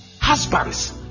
husbands